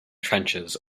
trenches